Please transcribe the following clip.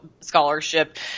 scholarship